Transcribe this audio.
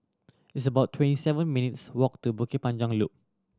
it's about twenty seven minutes' walk to Bukit Panjang Loop